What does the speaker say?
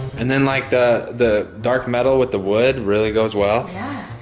and then, like the the dark metal with the wood really goes well. yeah,